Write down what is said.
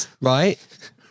Right